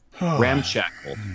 Ramshackle